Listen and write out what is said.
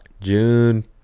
June